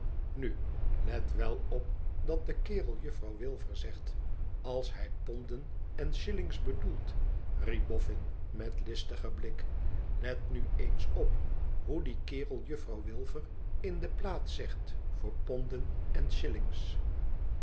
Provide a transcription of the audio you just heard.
nu let wel op dat de kerel juffrouw wilfer zegt als hij ponden en shil lings bedoelt riep bofhn met een listigen blik let nu eens op hoe die kerel juffrouw wilfer in de plaats zegt voor ponden en